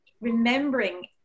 remembering